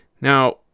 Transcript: Now